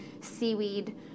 seaweed